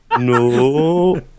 No